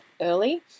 early